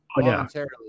Voluntarily